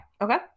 Okay